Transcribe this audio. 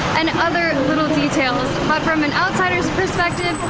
and other little details. but from an outsider's perspective,